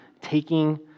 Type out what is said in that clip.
taking